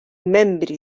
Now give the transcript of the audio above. membri